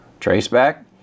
Traceback